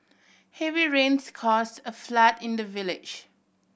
heavy rains caused a flood in the village